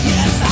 Yes